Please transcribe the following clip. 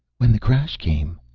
when the crash came,